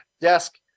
desk